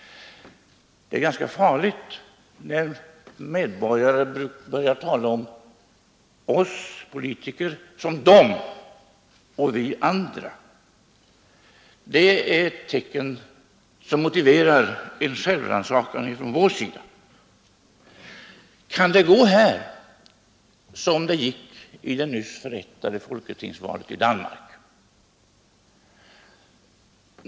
Det är farligt när medborgarna börjar tala om oss politiker som ”dom” och om sig själva som ”vi andra”. Det är ett tecken som motiverar en självrannsakan från vår sida. Kan det gå här som det gick i det nyss förrättade folketingsvalet i Danmark?